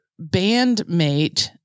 bandmate